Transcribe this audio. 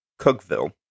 Cookville